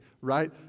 right